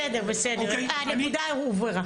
בסדר, הנקודה הובהרה.